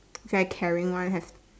very caring one have